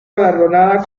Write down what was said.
galardonada